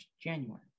January